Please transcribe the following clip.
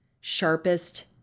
sharpest